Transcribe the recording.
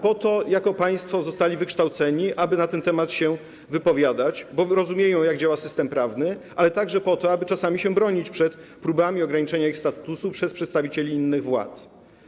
Po to zostali wykształceni, aby na ten temat się wypowiadać, bo rozumieją, jak działa system prawny, ale także po to, aby czasami się bronić przed próbami ograniczenia ich statusu przez przedstawicieli innych władz.